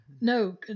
No